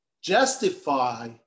justify